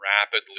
rapidly